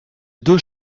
deux